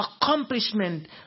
accomplishment